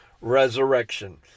resurrection